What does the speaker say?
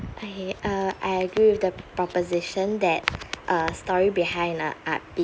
okay uh I agree with the proposition that a story behind a art pi~